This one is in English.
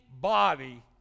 body